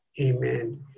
Amen